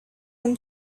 him